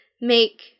make